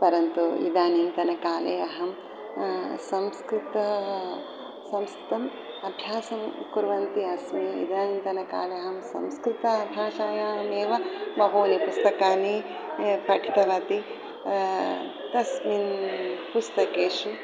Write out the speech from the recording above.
परन्तु इदानींतनकाले अहं संस्कृतं संस्कृतम् अभ्यासं कुर्वती अस्मि इदानींतनकाले अहं संस्कृतभाषायामेव बहूनि पुस्तकानि पठितवती तस्मिन् पुस्तकेषु